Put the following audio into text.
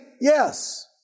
yes